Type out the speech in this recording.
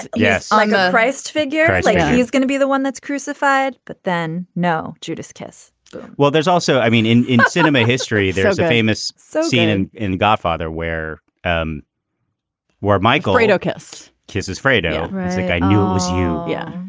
yes. like a christ figure. like he's gonna be the one that's crucified but then no judas kiss well there's also i mean in in cinema history there is a famous so scene and in godfather where and where my great kiss kisses fredo i think i knew was you. yeah.